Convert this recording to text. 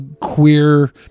queer